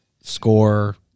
score